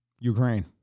Ukraine